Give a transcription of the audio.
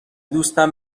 دوستم